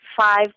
five